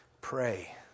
pray